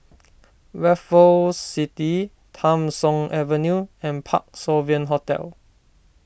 Raffles City Tham Soong Avenue and Parc Sovereign Hotel